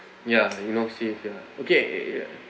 ya you know save ya okay